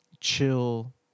chill